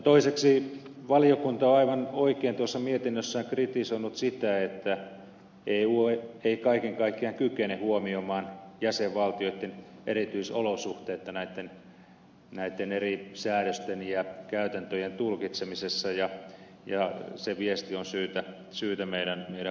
toiseksi valiokunta on aivan oikein mietinnössään kritisoinut sitä että eu ei kaiken kaikkiaan kykene huomioimaan jäsenvaltioitten erityisolosuhteita näitten eri säädösten ja käytäntöjen tulkitsemisessa ja se viesti on syytä meidän huomioida